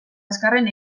azkarren